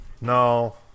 No